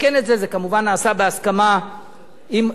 זה כמובן נעשה בהסכמה עם, אתה מדבר, מדבר.